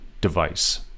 device